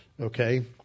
Okay